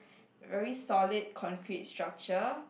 very solid concrete structure